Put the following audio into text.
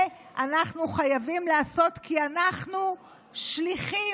בדיוק את זה אנחנו חייבים לעשות, כי אנחנו שליחים.